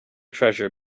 treasure